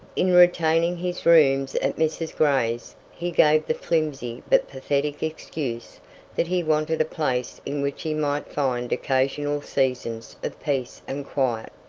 in retaining his rooms at mrs. gray's, he gave the flimsy but pathetic excuse that he wanted a place in which he might find occasional seasons of peace and quiet.